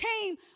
came